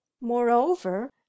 moreover